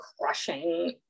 crushing